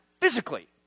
physically